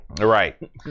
Right